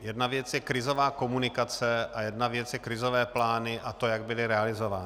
Jedna věc je krizová komunikace a jedna věc jsou krizové plány a to, jak byly realizovány.